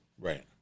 Right